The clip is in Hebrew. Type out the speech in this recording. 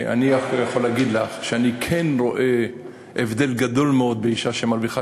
אני רק יכול להגיד לך שאני כן רואה הבדל גדול מאוד בין אישה שמרוויחה